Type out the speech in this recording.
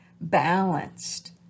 balanced